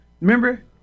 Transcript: remember